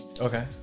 okay